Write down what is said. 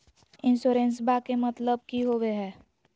इंसोरेंसेबा के मतलब की होवे है?